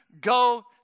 go